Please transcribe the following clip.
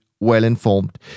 well-informed